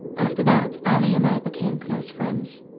after that, allie and i became close friends.